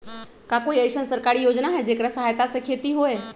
का कोई अईसन सरकारी योजना है जेकरा सहायता से खेती होय?